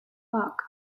park